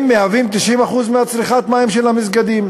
90% מצריכת מים של המסגדים.